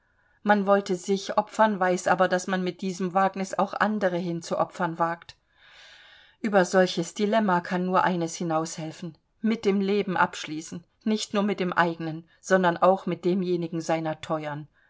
man wollte sich opfern weiß aber daß man mit diesem wagnis auch andere hinzuopfern wagt über solches dilemma kann nur eines hinaushelfen mit dem leben abschließen nicht nur mit dem eigenen sondern auch mit demjenigen seiner teuren